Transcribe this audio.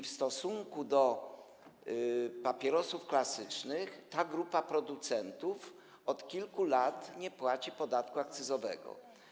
W stosunku do producentów papierosów klasycznych ta grupa producentów od kilku lat nie płaci podatku akcyzowego.